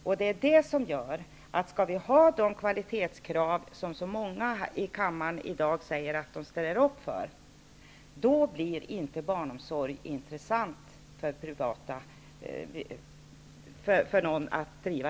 Skall det bli sådana kvalitetskrav som så många här i kammaren i dag ställer sig bakom blir inte barnomsorg i privat regi intressant för någon att driva.